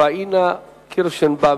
חברת הכנסת פניה קירשנבאום.